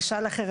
אני אשאל אחרת,